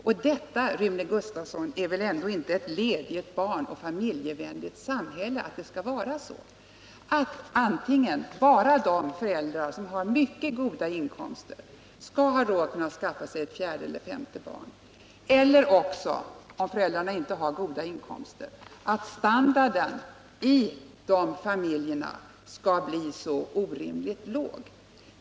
Det är väl, Rune Gustavsson, ändå inte ett led i ett barnoch familjevänligt samhälle att antingen bara de föräldrar som har mycket goda inkomster skall ha råd att skaffa sig ett fjärde eller femte barn eller också —- om föräldrarna inte har goda inkomster — standarden i dessa familjer skall bli orimligt låg.